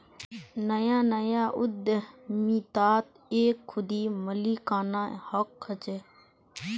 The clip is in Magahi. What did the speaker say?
नया नया उद्दमितात एक खुदी मालिकाना हक़ होचे